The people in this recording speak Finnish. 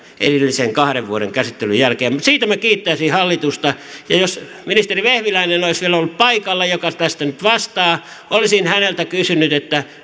erillisen kahden vuoden käsittelyn jälkeen mutta siitä minä kiittäisin hallitusta ja jos ministeri vehviläinen olisi vielä ollut paikalla joka tästä nyt vastaa olisin häneltä kysynyt